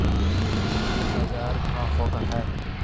एग्रीबाजार का होव हइ?